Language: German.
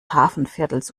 hafenviertels